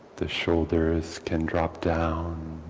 the shoulders can drop down